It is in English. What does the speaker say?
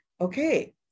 Okay